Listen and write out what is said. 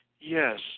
Yes